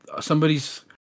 somebody's